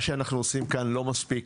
מה שאנחנו עושים כאן הוא לא מספיק.